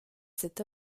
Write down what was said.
cet